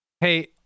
Hey